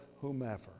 whomever